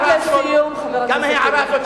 גם ההערה הזאת,